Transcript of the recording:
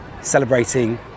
Celebrating